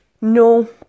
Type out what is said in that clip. no